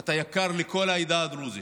אתה יקר לכל העדה הדרוזית.